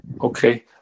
Okay